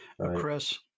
Chris